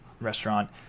restaurant